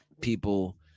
people